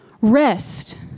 rest